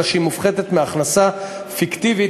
אלא שהיא מופחתת מהכנסה פיקטיבית,